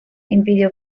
impidió